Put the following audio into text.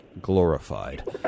glorified